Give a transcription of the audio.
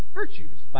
virtues